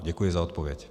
Děkuji za odpověď.